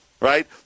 Right